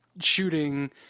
shooting